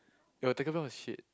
you've taken a lot of shit